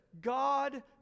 God